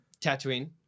Tatooine